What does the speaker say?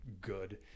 good